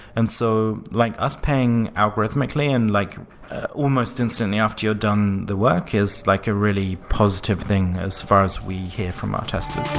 and so like us paying algorithmically and like almost instantly after you've done the work is like a really positive thing as far as we hear from our testers.